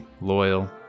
loyal